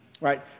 right